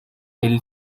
elli